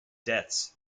debts